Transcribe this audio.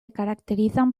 caracterizan